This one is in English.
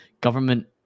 government